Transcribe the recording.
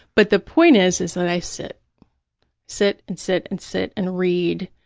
but the point is, is that i sit sit and sit and sit and read,